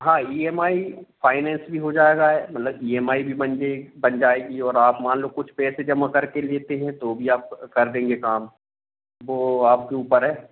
हाँ E M I finance भी हो जायेगा मलब ई एम आई भी बंजे बन जायेगी और आप मान लो कुछ पैसे जमा करके लेते हैं तो भी आपका कर देंगे काम वो आपके ऊपर है